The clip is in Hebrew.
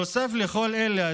נוסף על כל אלה,